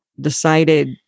decided